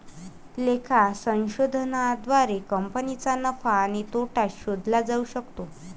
लेखा संशोधनाद्वारे कंपनीचा नफा आणि तोटा शोधला जाऊ शकतो